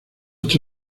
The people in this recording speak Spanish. ocho